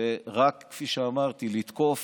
ורק, כפי שאמרתי, לתקוף